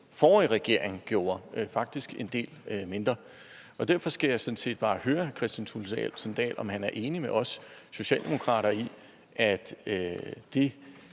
forrige regering gjorde, hvilket faktisk var en del mindre. Derfor skal jeg sådan set bare høre, om hr. Kristian Thulesen Dahl er enig med os i Socialdemokratiet i, at det